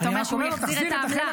אתה אומר שהוא יחזיר את העמלה.